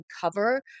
cover